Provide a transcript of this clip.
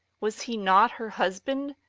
was he not her husband?